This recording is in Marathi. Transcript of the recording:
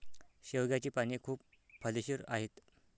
शेवग्याची पाने खूप फायदेशीर आहेत